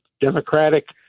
democratic